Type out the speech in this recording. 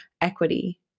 equity